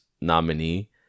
nominee